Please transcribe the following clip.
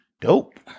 Dope